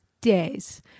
days